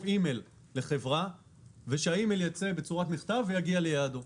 אי מייל לחברה שיגיע בצורת מכתב ליעדו.